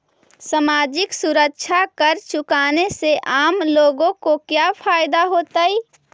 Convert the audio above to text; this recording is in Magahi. सामाजिक सुरक्षा कर चुकाने से आम लोगों को क्या फायदा होतइ